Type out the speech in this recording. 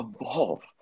evolve